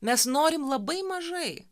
mes norim labai mažai